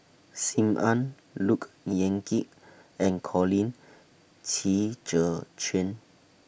SIM Ann Look Yan Kit and Colin Qi Zhe Quan